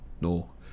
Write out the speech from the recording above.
no